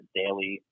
daily